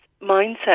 mindset